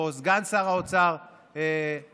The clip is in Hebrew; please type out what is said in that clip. או לסגן שר האוצר חברי,